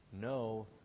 no